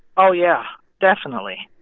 oh, yeah. definitely.